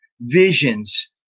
visions